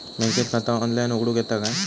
बँकेत खाता ऑनलाइन उघडूक येता काय?